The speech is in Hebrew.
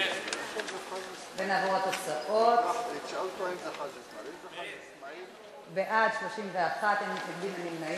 נעבור לתוצאות: בעד, 31, אין מתנגדים ואין נמנעים.